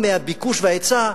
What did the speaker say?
עקב הביקוש וההיצע,